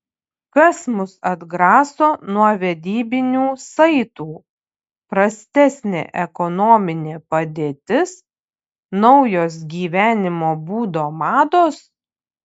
kas mus atgraso nuo vedybinių saitų prastesnė ekonominė padėtis naujos gyvenimo būdo mados